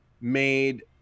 made